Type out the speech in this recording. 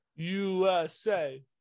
USA